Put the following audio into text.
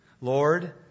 Lord